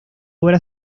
obra